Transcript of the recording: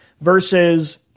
versus